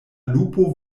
lupo